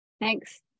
Thanks